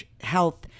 health